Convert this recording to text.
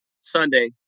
Sunday